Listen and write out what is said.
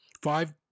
Five